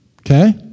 okay